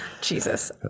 Jesus